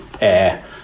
air